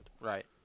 Right